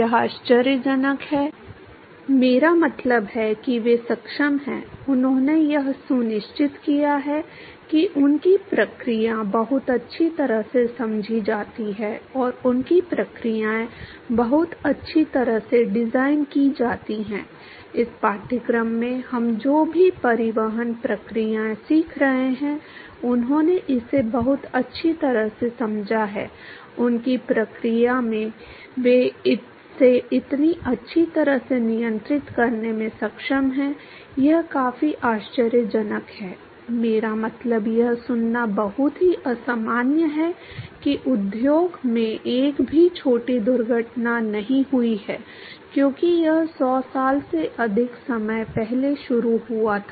यह आश्चर्यजनक है मेरा मतलब है कि वे सक्षम हैं उन्होंने यह सुनिश्चित किया है कि उनकी प्रक्रियाएं बहुत अच्छी तरह से समझी जाती हैं और उनकी प्रक्रियाएं बहुत अच्छी तरह से डिजाइन की जाती हैं इस पाठ्यक्रम में हम जो भी परिवहन प्रक्रियाएं सीख रहे हैं उन्होंने इसे बहुत अच्छी तरह से समझा है उनकी प्रक्रिया वे इसे इतनी अच्छी तरह से नियंत्रित करने में सक्षम हैं यह काफी आश्चर्यजनक है मेरा मतलब यह सुनना बहुत ही असामान्य है कि उद्योग में एक भी छोटी दुर्घटना नहीं हुई है क्योंकि यह 100 साल से अधिक समय पहले शुरू हुआ था